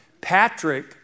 Patrick